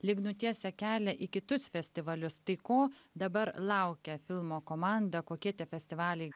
lyg nutiesia kelią į kitus festivalius tai ko dabar laukia filmo komanda kokie tie festivaliai